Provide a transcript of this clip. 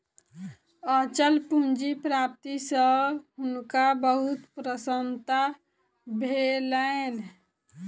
अचल पूंजी प्राप्ति सॅ हुनका बहुत प्रसन्नता भेलैन